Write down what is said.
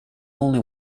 only